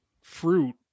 Fruit